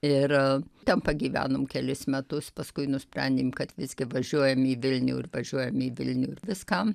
ir ten pagyvenom kelis metus paskui nusprendėm kad visgi važiuojam į vilnių ir važiuojam į vilnių ir viskam